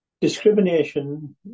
Discrimination